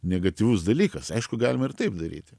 negatyvus dalykas aišku galima ir taip daryti